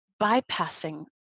bypassing